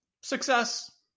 success